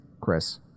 Chris